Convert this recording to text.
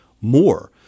more